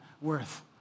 worth